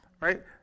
right